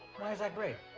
why is that great?